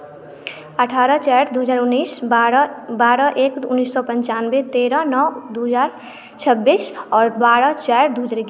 अठारह चारि दू हजार उन्नीस बारह बारह एक उन्नीस सए पंचानवे तेरह नओ दू हजार छब्बीस आओर बारह चारि दू हजार एगारह